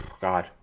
God